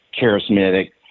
charismatic